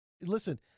listen